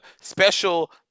special